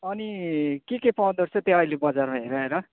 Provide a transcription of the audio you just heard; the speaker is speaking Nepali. अनि के के पाउँदो रहेछ त्यहाँ अहिले बजारमा हेर हेर